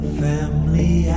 family